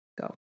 go